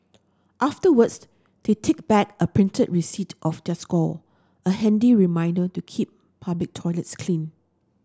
afterwards they take back a printed receipt of their score a handy reminder to keep public toilets clean